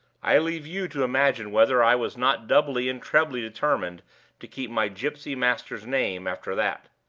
i leave you to imagine whether i was not doubly and trebly determined to keep my gypsy master's name after that.